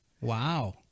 Wow